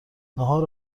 ناهار